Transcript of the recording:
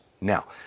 Now